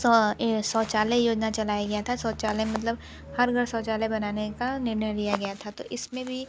सौ शौचालय योजना चलाया गया था शौचालय मतलब हर घर शौचालय बनाने का निर्णय लिया गया था तो इसमें भी